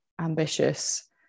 ambitious